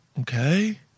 Okay